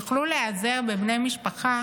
יוכלו להיעזר בבני משפחה